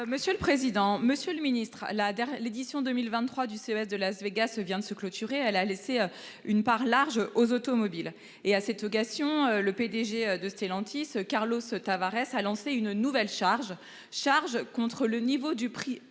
monsieur le président, Monsieur le Ministre là. L'édition 2023 du CES de Las Végas se vient de se clôturer. Elle a laissé une part large aux automobiles et à cette occasion, le PDG de Stellantis, Carlos Tavarès a lancé une nouvelle charge charge contre le niveau du prix extrêmement